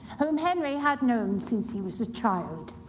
whom henry had known since he was a child.